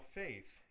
faith